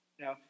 Now